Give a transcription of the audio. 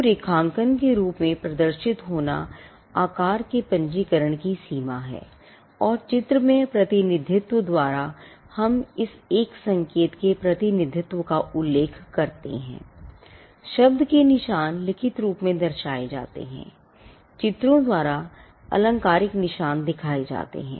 तो रेखांकन के रूप मेदिखाए जाते हैं